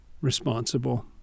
responsible